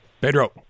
Pedro